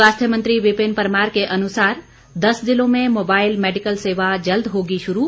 स्वास्थ्य मंत्री विपिन परमार के अनुसार दस जिलों में मोबाइल मैडिकल सेवा जल्द होगी शुरू